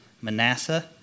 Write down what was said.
Manasseh